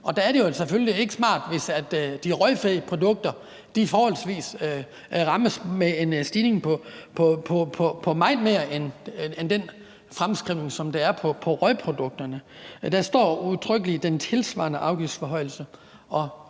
Der er det selvfølgelig ikke smart, hvis de røgfri produkter rammes med en forholdsvis meget større stigning end den, der er på røgprodukterne. Der står udtrykkeligt »den tilsvarende afgiftsforhøjelse«.